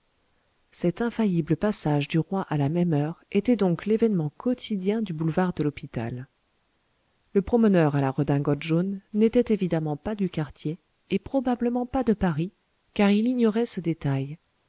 cet infaillible passage du roi à la même heure était donc l'événement quotidien du boulevard de l'hôpital le promeneur à la redingote jaune n'était évidemment pas du quartier et probablement pas de paris car il ignorait ce détail